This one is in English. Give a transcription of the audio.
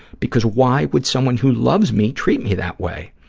because why would someone who loves me treat me that way?